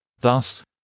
Thus